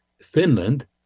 Finland